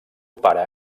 pare